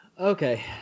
Okay